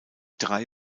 drei